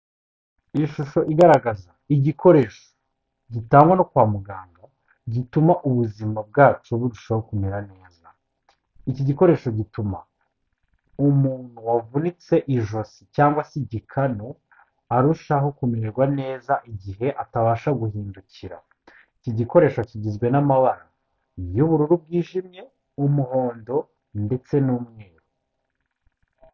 Iyi shusho igaragaza igikoresho gitangwa no kwa muganga gituma ubuzima bwacu burushaho kumera neza. Iki gikoresho gituma umuntu wavunitse ijosi cyangwa se igikanu arushaho kumererwa neza igihe atabasha guhindukira. Iki gikoresho kigizwe n'amabara y'ubururu bwijimye, umuhondo ndetse n'umweru.